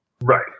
Right